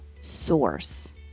source